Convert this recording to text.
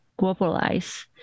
globalize